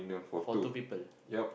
photo people